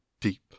deep